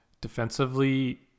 defensively